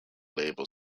label